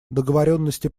договоренности